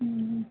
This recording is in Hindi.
हूं हूं